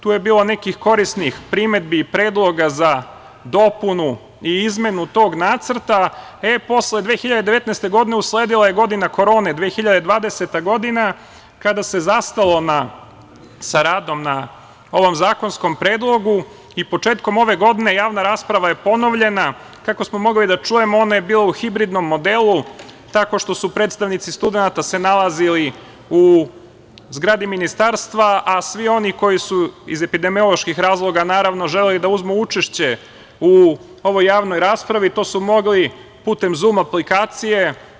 Tu je bilo nekih korisnih primedbi i predloga za dopunu i izmenu tog nacrta, a posle 2019. godine usledila je godina korone, 2020. godina, kada se zastalo sa radom na ovom zakonskom predlogu i početkom ove godine, javna rasprava je ponovljena, i kako smo mogli da čujemo ona je bila u hibridnom delu, tako što su predstavnici studenata se nalazili u zgradi Ministarstva, a svi oni koji su iz epidemioloških razloga želeli da uzmu učešće u ovoj javnoj raspravi, to su mogli putem „zum“ aplikacije.